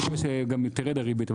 נקווה שגם היא תרד, הריבית.